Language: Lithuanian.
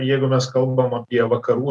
jeigu mes kalbam apie vakarų